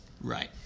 right